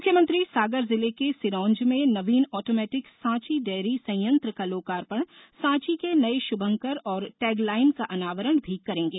मुख्यमंत्री सागर जिले के सिरोंजा में नवीन ऑटोमेटिक साँची डेयरी संयंत्र का लोकार्पण सांची के नए श्भंकर और टैग लाइन का अनावरण भी करेंगे